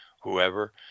whoever